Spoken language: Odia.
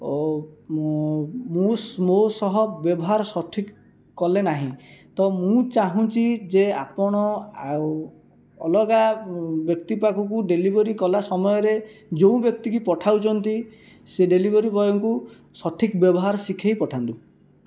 ଓ ମୋ' ମୋ' ସହ ବ୍ୟବହାର ସଠିକ କଲେ ନାହିଁ ତ ମୁଁ ଚାଁହୁଛି ଯେ ଆପଣ ଆଉ ଅଲଗା ବ୍ୟକ୍ତି ପାଖକୁ ଡେଲିଭରି କଲା ସମୟରେ ଯେଉଁ ବ୍ୟକ୍ତିକୁ ପଠାଉଛନ୍ତି ସେ ଡେଲିଭରି ବୟଙ୍କୁ ସଠିକ ବ୍ୟବହାର ଶିଖାଇ ପଠାନ୍ତୁ